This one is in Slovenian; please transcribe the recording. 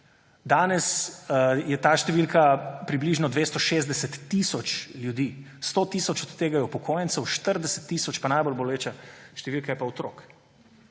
Danes je ta številka približno 260 tisoč ljudi. 100 tisoč od tega je upokojencev, 40 tisoč – najbolj boleča številka – je pa otrok.